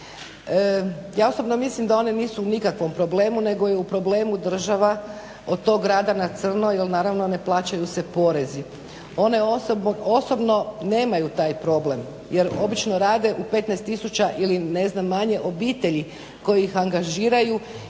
Ja osobno mislim da one nisu u nikakvom problemu nego je u problemu država od tog rada na crno jer naravno ne plaćaju se porezi. One osobno nemaju taj problem, jer obično rade u 15000 ili ne znam manje obitelji koje ih angažiraju